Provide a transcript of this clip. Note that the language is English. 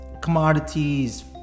commodities